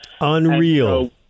Unreal